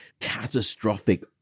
catastrophic